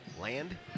Land